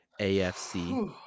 AFC